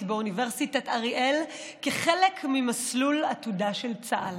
באוניברסיטת אריאל כחלק ממסלול עתודה של צה"ל.